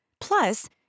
plus